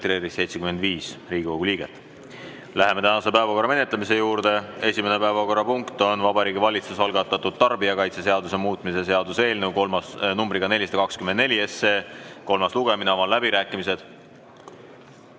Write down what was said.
75 Riigikogu liiget. Läheme tänase päevakorra menetlemise juurde. Esimene päevakorrapunkt on Vabariigi Valitsuse algatatud tarbijakaitseseaduse muutmise seaduse eelnõu numbriga 424 kolmas lugemine. Avan läbirääkimised.